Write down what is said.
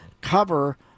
cover